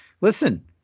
listen